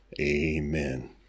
Amen